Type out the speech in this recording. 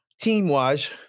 team-wise